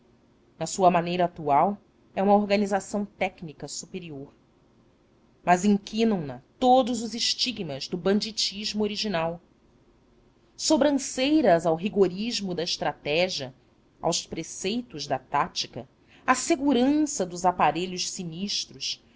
na sua maneira atual é uma organização técnica superior mas inquinam na todos os estigmas do banditismo original sobranceiras ao rigorismo da estratégia aos preceitos da tática à segurança dos aparelhos sinistros